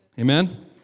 Amen